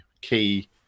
key